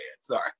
Sorry